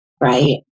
right